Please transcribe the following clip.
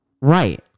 right